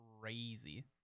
crazy